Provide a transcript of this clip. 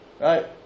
Right